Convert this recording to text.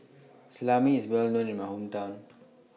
Salami IS Well known in My Hometown